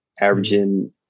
averaging